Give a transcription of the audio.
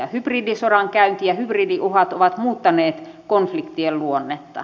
hybridisodankäynti ja hybridiuhat ovat muuttaneet konfliktien luonnetta